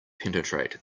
penetrate